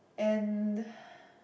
and